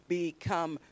become